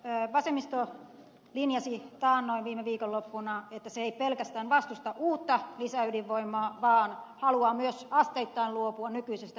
vasemmisto linjasi taannoin viime viikonloppuna että se ei pelkästään vastusta uutta lisäydinvoimaa vaan haluaa myös asteittain luopua nykyisestä ydinvoimasta